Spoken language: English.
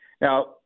Now